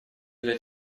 для